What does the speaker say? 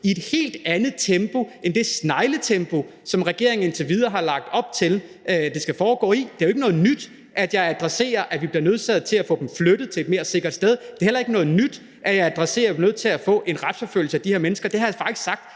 i et helt andet tempo end det snegletempo, som regeringen indtil videre har lagt op til at det skal foregå i. For det er jo ikke noget nyt, at jeg adresserer, at vi bliver nødsaget til at få dem flyttet til et mere sikkert sted, og det er heller ikke noget nyt, at jeg adresserer, at vi bliver nødt til at få en retsforfølgelse af de her mennesker. Det har jeg faktisk sagt